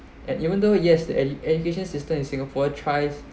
and even though yes the edu~ education system in singapore tries